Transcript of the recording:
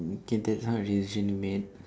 can some of the decision you made